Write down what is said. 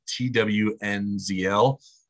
TWNZL